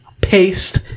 paste